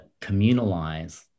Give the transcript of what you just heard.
communalize